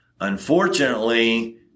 unfortunately